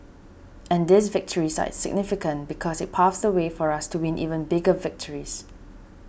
and these victories are significant because it paves the way for us to win even bigger victories